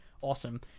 Awesome